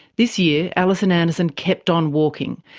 this year, alison anderson kept on walking,